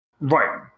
right